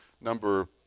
number